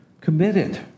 committed